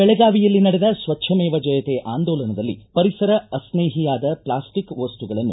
ಬೆಳಗಾವಿಯಲ್ಲಿ ನಡೆದ ಸ್ವಚ್ದಮೇವ ಜಯತೆ ಆಂದೋಲನದಲ್ಲಿ ಪರಿಸರ ಅಸ್ನೇಹಿಯಾದ ಪ್ಲಾಸ್ಟಿಕ್ ವಸ್ತುಗಳನ್ನು